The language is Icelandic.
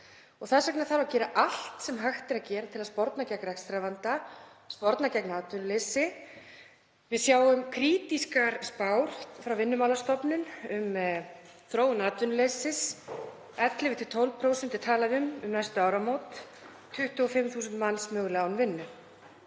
Þess vegna þarf að gera allt sem hægt er til að sporna gegn rekstrarvanda, sporna gegn atvinnuleysi. Við sjáum krítískar spár frá Vinnumálastofnun um þróun atvinnuleysis. Talað er um 11–12% um næstu áramót, 25.000 manns mögulega án vinnu.